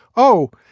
oh,